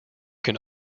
can